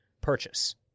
purchase